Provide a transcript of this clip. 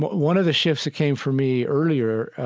but one of the shifts that came for me earlier